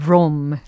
Rome